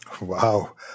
Wow